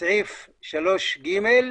בסעיף 3ג'